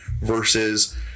versus